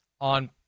on